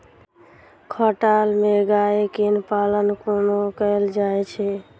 खटाल मे गाय केँ पालन कोना कैल जाय छै?